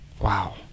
Wow